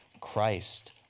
Christ